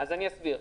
אני אסביר.